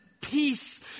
peace